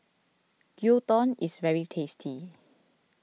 Gyudon is very tasty